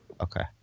okay